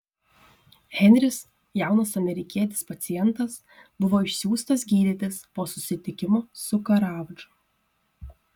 henris jaunas amerikietis pacientas buvo išsiųstas gydytis po susitikimo su karavadžu